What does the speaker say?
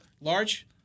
Large